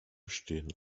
stehen